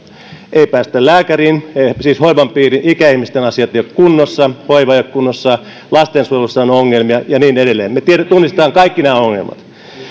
ei päästä lääkäriin siis hoivan piiriin ikäihmisten asiat eivät ole kunnossa hoiva ei ole kunnossa lastensuojelussa on ongelmia ja niin edelleen me kaikki tunnistamme nämä ongelmat